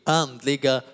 andliga